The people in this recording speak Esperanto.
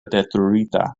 detruita